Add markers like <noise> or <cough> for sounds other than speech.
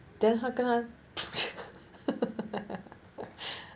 then 他跟他 <laughs>